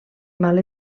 mal